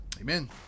Amen